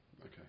okay